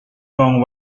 wrong